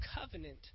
covenant